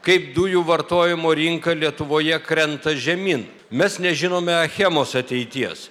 kaip dujų vartojimo rinka lietuvoje krenta žemyn mes nežinome achemos ateities